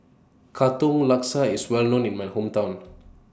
Katong Laksa IS Well known in My Hometown